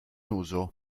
uso